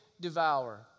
devour